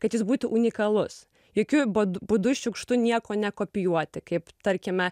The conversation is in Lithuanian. kad jis būtų unikalus jokiu bodu būdu šiukštu nieko nekopijuoti kaip tarkime